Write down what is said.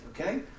okay